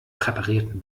präparierten